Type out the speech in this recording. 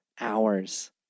hours